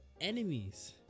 enemies